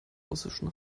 russischen